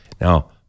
Now